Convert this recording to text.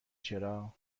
چرا